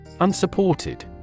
Unsupported